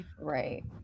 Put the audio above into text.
Right